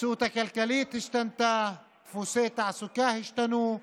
המציאות הכלכלית השתנתה, דפוסי תעסוקה השתנו,